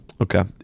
Okay